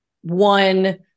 one